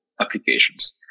applications